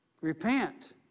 Repent